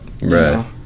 right